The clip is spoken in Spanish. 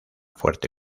fuerte